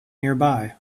nearby